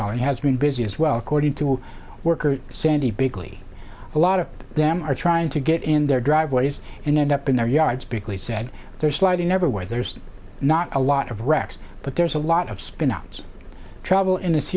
valley has been busy as well according to worker sandy bigley a lot of them are trying to get in their driveways and end up in their yards bickley said they're sliding never where there's not a lot of wrecks but there's a lot of spinouts travel in this